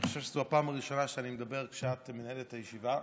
אני חושב שזו הפעם הראשונה שאני מדבר כשאת מנהלת את הישיבה.